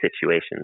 situations